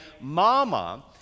mama